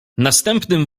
następnym